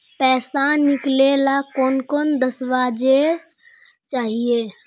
पैसा निकले ला कौन कौन दस्तावेज चाहिए?